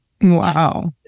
Wow